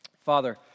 Father